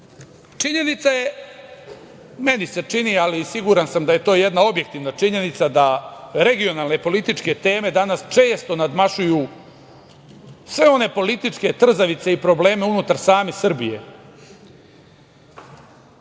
Vučića. Činjenica je, meni se čini, ali siguran sam da je to jedna objektivna činjenica da regionalne političke teme danas često nadmašuju sve one političke trzavice i probleme unutar same Srbije,